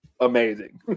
amazing